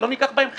ולא ניקח בהם חלק,